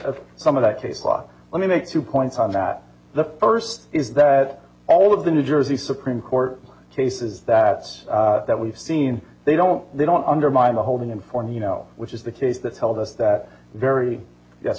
of some of the state law let me make two points on that the first is that all of the new jersey supreme court cases that's that we've seen they don't they don't undermine the hold in inform you know which is the case that tells us that very yes